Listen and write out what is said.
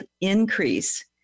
Increase